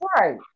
Right